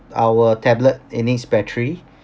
our tablet it needs battery